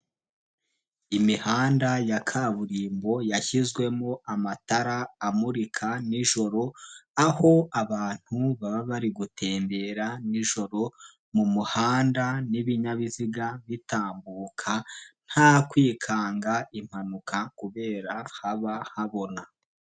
Imihanda ya kaburimbo yashyizwemo amatara amurika nijoro, aho abantu baba bari gutembera nijoro mu muhanda n'ibinyabiziga bitambuka, nta kwikanga impanuka kubera haba habona.